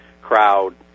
crowd